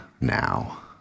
now